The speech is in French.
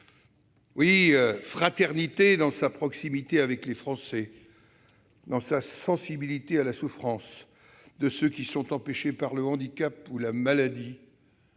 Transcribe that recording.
La fraternité, enfin, dans sa proximité avec les Français, dans sa sensibilité à la souffrance de ceux qui sont empêchés par le handicap ou la maladie-